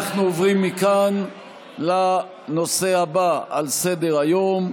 אנחנו עוברים מכאן לנושא הבא על סדר-היום: